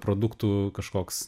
produktų kažkoks